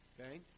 Okay